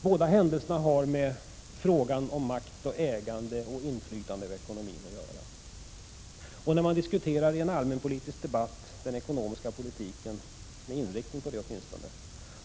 Båda händelserna har med frågan om makt, ägande och inflytande över ekonomin att göra.